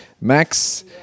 Max